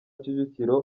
kicukiro